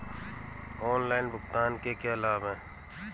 Online भुगतान के क्या लाभ हैं?